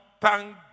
thank